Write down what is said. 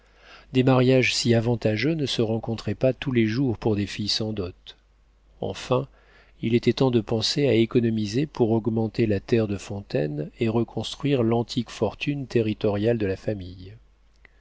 des mariages si avantageux ne se rencontraient pas tous les jours pour des filles sans dot enfin il était temps de penser à économiser pour augmenter la terre de fontaine et reconstruire l'antique fortune territoriale de la famille